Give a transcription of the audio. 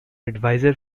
advisor